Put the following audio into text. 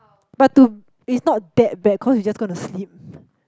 but to is not that bad cause you just gonna sleep